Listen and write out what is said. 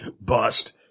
bust